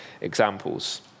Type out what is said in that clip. examples